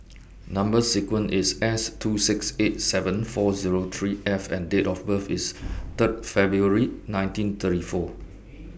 Number sequence IS S two six eight seven four Zero three F and Date of birth IS Third February nineteen thirty four